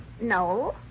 No